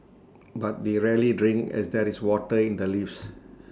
but they rarely drink as there is water in the leaves